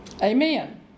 amen